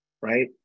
right